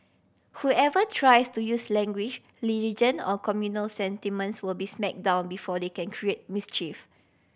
whoever tries to use language or communal sentiments will be smack down before they can create mischief